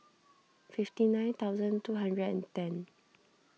fifty nine thousand two hundred and ten